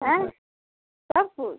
आँय सभ किछु